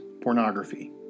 pornography